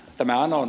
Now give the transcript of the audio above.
tämä on